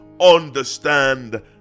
understand